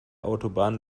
autobahn